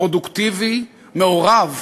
פרודוקטיבי, מעורב